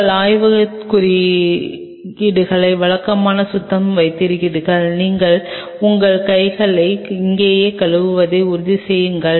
உங்கள் ஆய்வகக் குறியீடுகளை வழக்கமாக சுத்தமாக வைத்திருங்கள் நீங்கள் உங்கள் கைகளை இங்கேயே கழுவுவதை உறுதிசெய்து கொள்ளுங்கள்